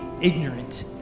ignorant